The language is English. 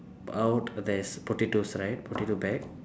out there is potatoes right potato bag